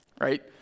right